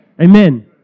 Amen